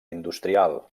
industrial